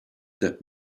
that